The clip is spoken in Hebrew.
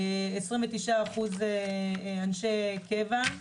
29% אנשי קבע.